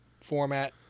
format